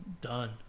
Done